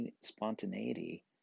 spontaneity